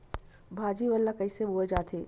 भाजी मन ला कइसे बोए जाथे?